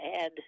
add